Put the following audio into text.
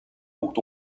бүгд